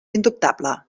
indubtable